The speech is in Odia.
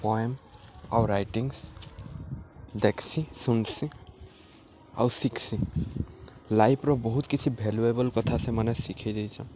ପଏମ୍ ଆଉ ରାଇଟିଙ୍ଗ୍ସ ଦେଖ୍ସିଁ ଶୁନ୍ସିଁ ଆଉ ଶିଖ୍ସିଁ ଲାଇଫ୍ର ବହୁତ୍ କିଛି ଭେଲୁଏବଲ୍ କଥା ସେମାନେ ଶିଖେଇ ଯାଇଚନ୍